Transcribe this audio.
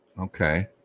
Okay